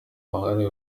wahariwe